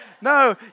No